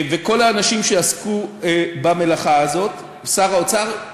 וכל האנשים שעסקו במלאכה הזאת, שר האוצר,